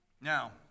Now